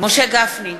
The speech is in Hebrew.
משה גפני,